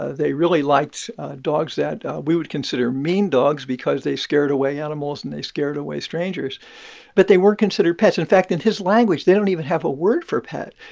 ah they really liked dogs that we would consider mean dogs because they scared away animals, and they scared away strangers but they weren't considered pets. in fact, in his language, they don't even have a word for pet.